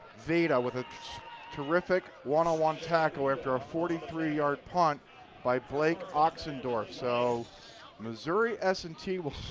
vedaa with that terrific one on one tackle after a forty three yard punt by blake oxendorf so missouri s and t will